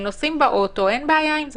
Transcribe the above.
הם נכנסים לאוטו, אין בעיה עם זה.